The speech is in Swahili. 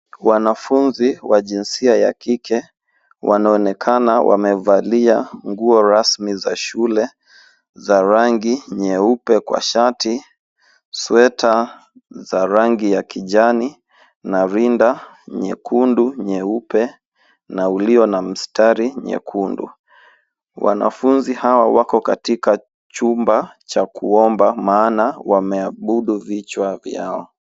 Wanafunzi wa jinsia ya kike wanaonekana wamevalia nguo rasmi za shule za rangi nyeupe kwa shati, sweta za rangi ya kijani na rinda nyekundu nyeupe na ulio na mstari nyekundu. Wanafunzi hawa wako katika chumba cha kuomba maana wameabudu vichwa vyao.